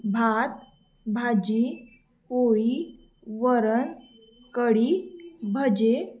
भात भाजी पोळी वरण कढी भजे